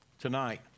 tonight